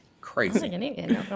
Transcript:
Crazy